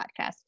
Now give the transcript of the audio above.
podcast